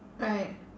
right